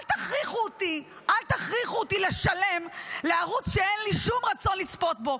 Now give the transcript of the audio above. אל תכריחו אותי לשלם על ערוץ שאין לי שום רצון לצפות בו.